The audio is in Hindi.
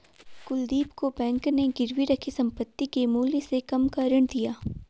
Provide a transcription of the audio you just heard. कुलदीप को बैंक ने गिरवी रखी संपत्ति के मूल्य से कम का ऋण दिया